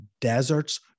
deserts